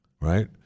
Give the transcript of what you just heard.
right